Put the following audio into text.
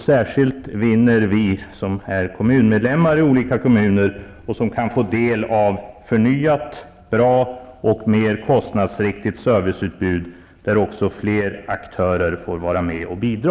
Särskilt vinner vi som är kommunmedlemmar i olika kommuner och som kan få del av ett förnyat, bra och mer kostnadsriktigt serviceutbud, till vilket också fler aktörer får vara med och bidra.